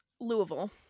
louisville